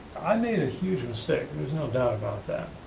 i made a huge mistake, there's no doubt about that.